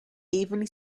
evenly